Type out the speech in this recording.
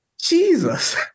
Jesus